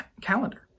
calendar